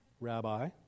rabbi